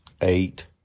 eight